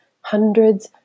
hundreds